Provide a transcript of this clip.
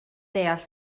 deall